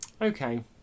okay